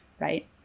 right